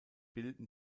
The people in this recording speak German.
bilden